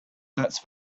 that’s